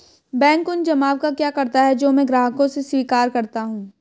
Bank उन जमाव का क्या करता है जो मैं ग्राहकों से स्वीकार करता हूँ?